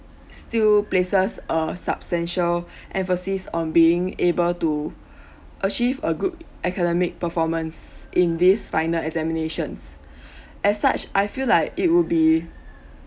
still places a substantial emphasis on being able to achieve a good academic performance in this final examinations as such I felt like it would be